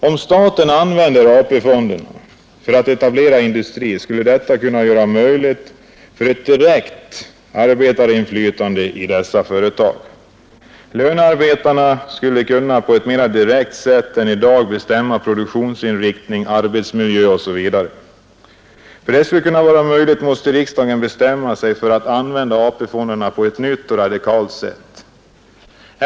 Om staten använder AP-fonderna för att etablera industrier, skulle detta kunna möjliggöra ett direkt arbetarinflytande i dessa företag. Lönearbetarna skulle kunna på ett mera direkt sätt än i dag bestämma produktionsinriktning, arbetsmiljö osv. För att det här skall kunna vara möjligt måste riksdagen bestämma sig för att använda AP-fonderna på ett nytt och radikalt sätt.